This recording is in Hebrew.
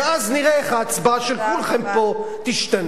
ואז נראה איך ההצבעה של כולכם פה תשתנה.